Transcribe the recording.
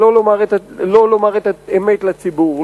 של לא לומר את האמת לציבור,